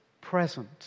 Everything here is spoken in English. present